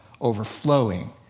overflowing